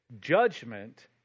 judgment